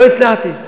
לא הצלחתי.